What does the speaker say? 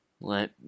let